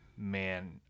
Man